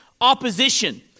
opposition